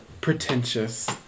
pretentious